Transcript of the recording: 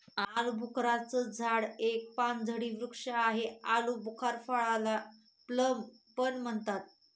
आलूबुखारा चं झाड एक व पानझडी वृक्ष आहे, आलुबुखार फळाला प्लम पण म्हणतात